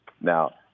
Now